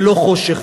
ולא חושך.